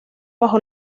bajo